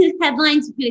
headlines